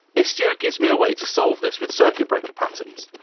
istio gives me a way to solve this with circuit breaker patterns.